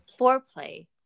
foreplay